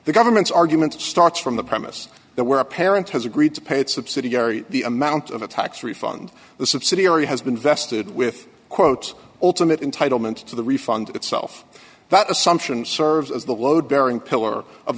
the government's argument starts from the premise that where a parent has agreed to pay its subsidiary the amount of the tax refund the subsidiary has been vested with quote ultimate in title meant to the refund itself that assumption serves as the load bearing pillar of